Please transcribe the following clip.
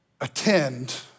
attend